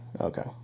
Okay